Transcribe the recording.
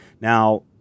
Now